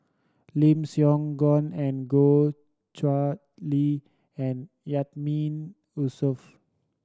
Lim Siong Guan and Goh Chiew Lye and Yatiman Yusof